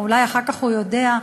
אולי אחר כך הוא יודע.